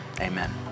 amen